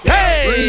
Hey